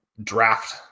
draft